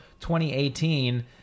2018